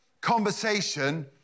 conversation